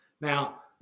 Now